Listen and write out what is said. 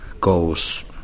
goes